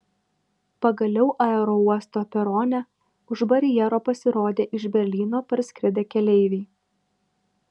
pagaliau aerouosto perone už barjero pasirodė iš berlyno parskridę keleiviai